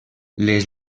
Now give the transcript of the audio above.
les